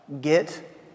get